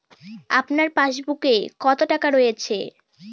আপনার পাসবুকে কত টাকা রয়েছে?